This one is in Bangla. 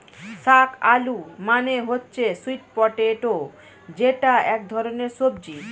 শাক আলু মানে হচ্ছে স্যুইট পটেটো যেটা এক ধরনের সবজি